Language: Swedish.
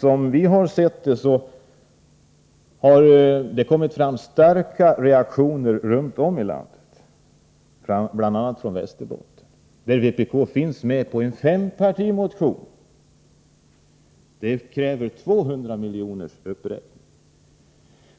Som vi sett det har det kommit fram starka reaktioner runt om i landet, bl.a. från Västerbotten. Vpk finns med på en fempartimotion som kräver en uppräkning med 200 miljoner. Den